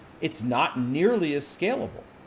it's not nearly as scalable.